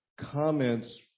comments